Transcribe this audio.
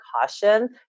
caution